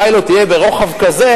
הפיילוט יהיה ברוחב כזה,